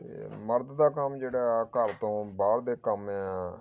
ਅਤੇ ਮਰਦ ਦਾ ਕੰਮ ਜਿਹੜਾ ਹੈ ਘਰ ਤੋਂ ਬਾਹਰ ਦੇ ਕੰਮ ਆ